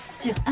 Sur